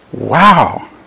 wow